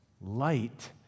light